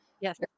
Yes